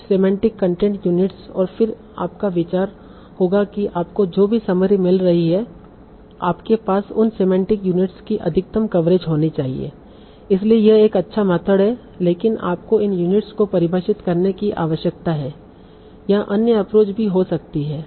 कुछ semantic content units और फिर आपका विचार होगा कि आपको जो भी समरी मिल रही है आपके पास उन सिमेंटिक यूनिट्स की अधिकतम कवरेज होनी चाहिए इसलिए यह एक अच्छा मेथड है लेकिन आपको इन यूनिट्स को परिभाषित करने की आवश्यकता है यहाँ अन्य एप्रोच भी हो सकते है